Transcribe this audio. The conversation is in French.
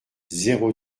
zéro